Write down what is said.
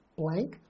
blank